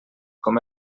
com